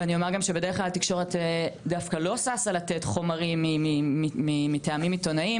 ואני אומר גם שבדרך כלל התקשורת דווקא לא ששה לתת חומרים מטעמים עיתונאים